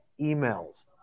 emails